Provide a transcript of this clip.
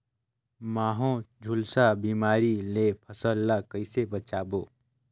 महू, झुलसा बिमारी ले फसल ल कइसे बचाबो?